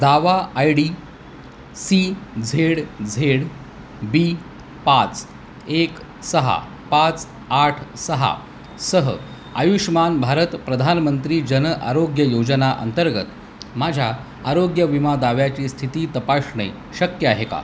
दावा I D C Z Z B पाच एक सहा पाच आठ सहासह आयुष्मान भारत प्रधानमंत्री जनआरोग्य योजनेअंतर्गत माझ्या आरोग्यविमा दाव्याची स्थिती तपासणे शक्य आहे का